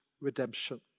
redemption